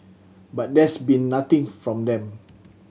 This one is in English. but there's been nothing from them